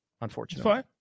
unfortunately